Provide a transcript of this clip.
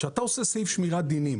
כשאתה עושה סעיף שמירת דינים